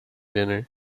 dinner